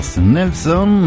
Nelson